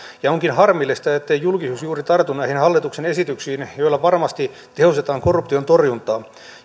onkin harmillista ettei julkisuudessa juuri tartuta näihin hallituksen esityksiin joilla varmasti tehostetaan korruption torjuntaa